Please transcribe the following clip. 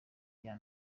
iya